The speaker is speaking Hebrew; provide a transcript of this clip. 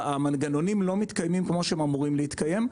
כשהמנגנונים לא מתקיימים כמו שהם אמורים להתקיים,